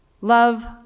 Love